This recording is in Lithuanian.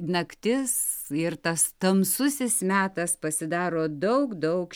naktis ir tas tamsusis metas pasidaro daug daug